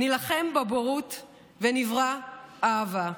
/ נילחם / בבורות / ונברא / אהבה".